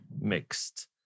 Mixed